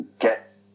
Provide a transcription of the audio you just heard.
get